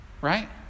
Right